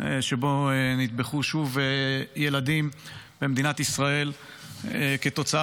שבו נטבחו שוב ילדים במדינת ישראל כתוצאה